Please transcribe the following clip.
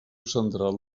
central